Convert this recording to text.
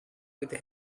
with